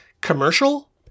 commercial